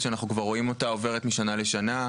שאנחנו כבר רואים אותה עוברת משנה לשנה.